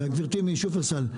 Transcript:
גברתי משופרסל,